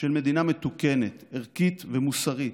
של מדינה מתוקנת, ערכית ומוסרית,